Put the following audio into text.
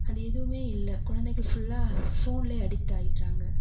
அது எதுவுமே இல்லை குலந்தைகள் ஃபுல்லாக ஃபோன்ல அடிக்ட் ஆயிட்றாங்க